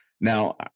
Now